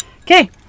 Okay